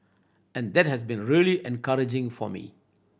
and that has been really encouraging for me